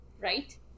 right